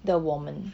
的我们